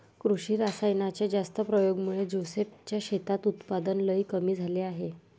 कृषी रासायनाच्या जास्त प्रयोगामुळे जोसेफ च्या शेतात उत्पादन लई कमी झाले आहे